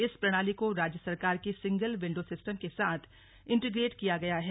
इस प्रणाली को राज्य सरकार के सिंगल विंडो सिस्टम के साथ इंटीग्रेट किया गया है